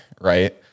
right